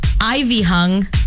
ivy-hung